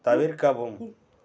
தவிர்க்கவும்